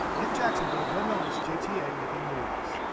in jacksonville, bill millness, jta making moves.